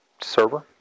server